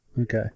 Okay